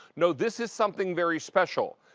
no, this is something very special.